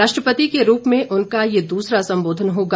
राष्ट्रपति के रूप में उनका यह दूसरा संबोधन होगा